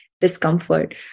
discomfort